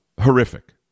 horrific